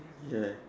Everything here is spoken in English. ya